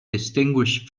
distinguished